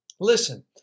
Listen